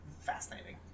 fascinating